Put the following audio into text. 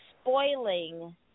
spoiling